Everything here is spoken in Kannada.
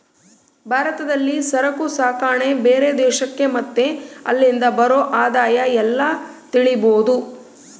ಭಾರತದಲ್ಲಿ ಸರಕು ಸಾಗಣೆ ಬೇರೆ ದೇಶಕ್ಕೆ ಮತ್ತೆ ಅಲ್ಲಿಂದ ಬರೋ ಆದಾಯ ಎಲ್ಲ ತಿಳಿಬೋದು